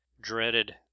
dreaded